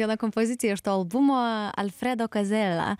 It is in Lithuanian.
vieną kompoziciją iš to albumo alfredo kazela